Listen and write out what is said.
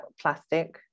plastic